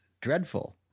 dreadful